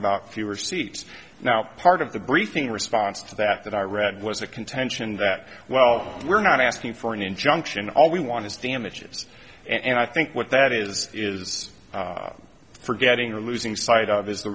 about fewer seats now part of the briefing response to that that i read was a contention that well we're not asking for an injunction all we want is damages and i think what that is is forgetting or losing sight of is the